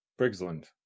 briggsland